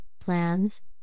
plans